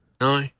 No